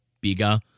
bigger